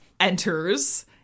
Enters